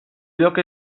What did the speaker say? lloc